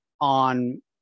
on